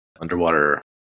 underwater